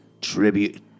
tribute